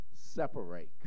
separate